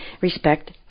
Respect